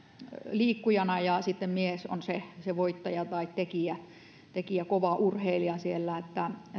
liikkujana ja sitten mies on se voittaja tai tekijä tekijä kova urheilija siellä